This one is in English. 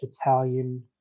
Italian